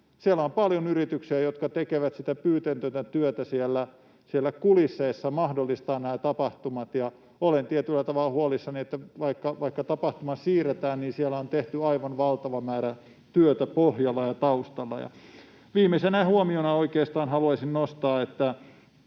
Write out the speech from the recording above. siellä on paljon yrityksiä, jotka tekevät sitä pyyteetöntä työtä siellä kulisseissa, mahdollistavat nämä tapahtumat. Ja olen tietyllä tavalla huolissani siitä, että vaikka tapahtuma siirretään, siellä on tehty aivan valtava määrä työtä pohjalla ja taustalla. Ja oikeastaan viimeisenä huomiona haluaisin nostaa,